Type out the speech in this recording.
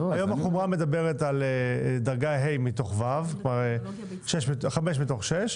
היום החומרה מדברת על דרגה ה' מתוך ו', 5 מתוך 6,